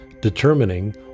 determining